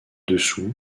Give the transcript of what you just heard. dessous